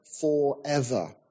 forever